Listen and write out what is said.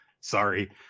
Sorry